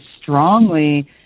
strongly